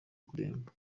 kuremba